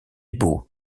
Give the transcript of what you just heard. beau